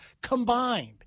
combined